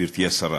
גברתי השרה,